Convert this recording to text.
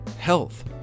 health